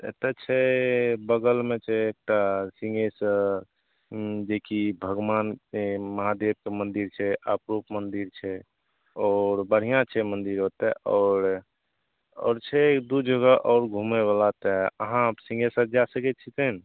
तऽ एतए छै बगलमे छै एकटा सिँहेश्वर जेकि भगवान महादेवके मन्दिर छै आपरूप मन्दिर छै आओर बढ़िआँ छै मन्दिर ओतए आओर आओर छै दुइ जगह आओर घुमैवला तऽ अहाँ सिँहेश्वर जै सकै छिए